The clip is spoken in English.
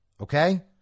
Okay